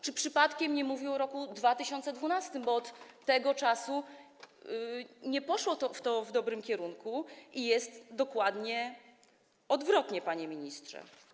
Czy przypadkiem nie mówił o roku 2012, bo od tego czasu nie poszło to w dobrym kierunku i jest dokładnie odwrotnie, panie ministrze.